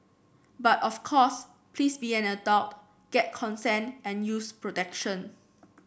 but of course please be an adult get consent and use protection